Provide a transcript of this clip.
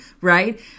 right